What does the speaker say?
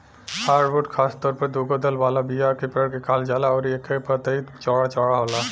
hardwood खासतौर पर दुगो दल वाला बीया के पेड़ के कहल जाला अउरी एकर पतई चौड़ा चौड़ा होला